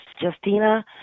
Justina